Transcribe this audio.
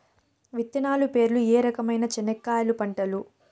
విత్తనాలు పేర్లు ఏ రకమైన చెనక్కాయలు పంటలు?